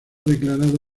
declarado